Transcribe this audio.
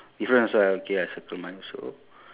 what else eh